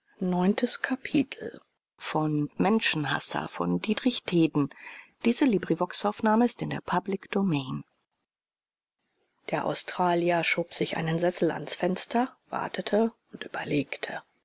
der australier schob sich einen sessel ans fenster wartete und überlegte